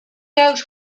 out